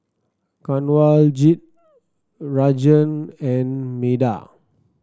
Kanwaljit Rajan and Medha